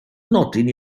nodyn